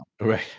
Right